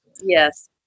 Yes